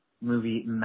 movie